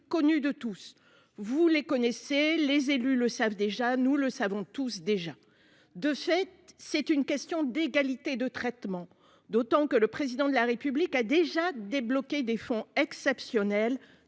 connues de tous, vous les connaissez, les élus le savent déjà, nous le savons tous, déjà de fait, c'est une question d'égalité de traitement d'autant que le président de la République a déjà débloqué des fonds exceptionnel